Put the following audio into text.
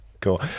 Cool